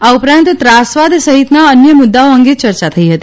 આ ઉપરાંત ત્રાસવાદ સહિતના અન્ય મુદ્દાઓ અંગે ચર્યા થઇ હતી